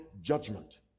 judgment